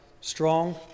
strong